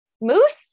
moose